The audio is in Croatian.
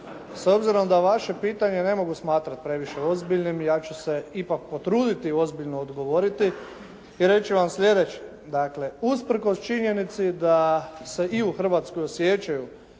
S obzirom da vaše pitanje ne mogu smatrati previše ozbiljnim ja ću se ipak potruditi ozbiljno odgovoriti i reći vam slijedeće. Dakle, usprkos činjenici da se i u Hrvatskoj osjećaju